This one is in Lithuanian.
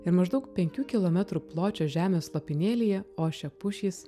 ir maždaug penkių kilometrų pločio žemės lopinėlyje ošia pušys